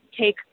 take